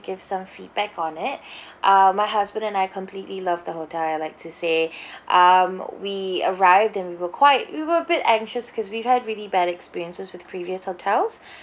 give some feedback on it ah my husband and I completely loved the hotel I'd like to say um we arrived and we were quite we were a bit anxious because we've had really bad experiences with previous hotels